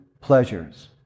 pleasures